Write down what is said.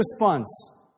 response